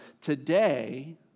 Today